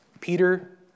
Peter